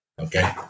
Okay